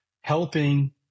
helping